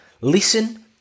listen